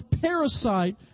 parasite